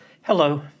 Hello